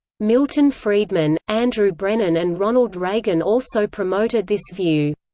milton friedman, andrew brennan and ronald reagan also promoted this view.